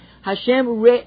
Hashem